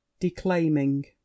declaiming